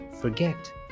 forget